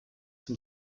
zum